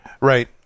Right